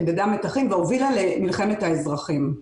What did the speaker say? חידדה מתחים והובילה למלחמת האזרחים.